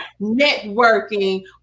networking